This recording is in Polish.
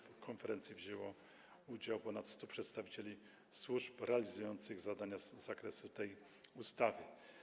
W konferencji wzięło udział ponad 100 przedstawicieli służb realizujących zadania z zakresu tej ustawy.